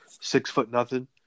six-foot-nothing